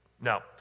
Now